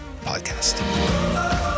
Podcast